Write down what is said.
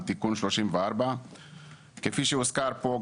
תיקון 34. כפי שהוזכר פה,